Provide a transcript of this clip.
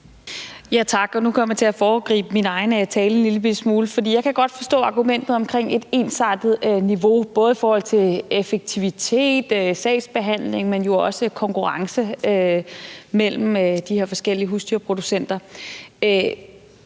Nu kommer jeg til at foregribe min egen tale en lillebitte smule, for jeg kan godt forstå argumentet om et ensartet niveau, både i forhold til effektivitet og sagsbehandlingen, men jo også konkurrencen mellem de her forskellige husdyrproducenter.